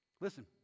Listen